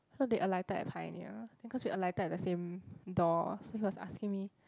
so they alighted at Pioneer then cause we alighted at the same door so he was asking me